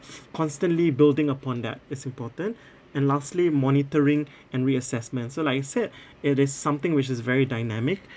constantly building upon that is important and lastly monitoring and re-assessment so like I said it is something which is very dynamic